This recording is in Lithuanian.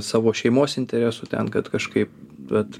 savo šeimos interesų ten kad kažkaip bet